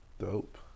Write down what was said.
Dope